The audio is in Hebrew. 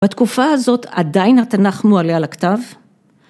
‫בתקופה הזאת עדיין ‫התנ"ך מועלה על הכתב?